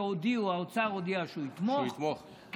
והאוצר הודיע שהוא יתמוך.